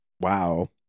Wow